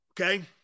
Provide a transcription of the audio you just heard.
Okay